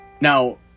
Now